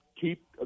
keep